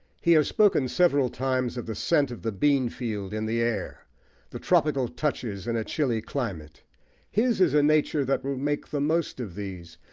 he has spoken several times of the scent of the bean-field in the air the tropical touches in a chilly climate his is a nature that will make the most of these,